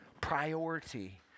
priority